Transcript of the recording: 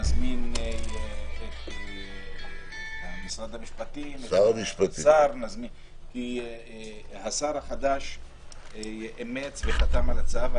נזמין את משרד המשפטים ואת השר כי השר החדש אימץ וחתם על הצו.